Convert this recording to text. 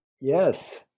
Yes